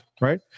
right